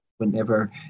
Whenever